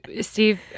steve